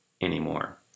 anymore